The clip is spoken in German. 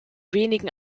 wenigen